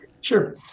sure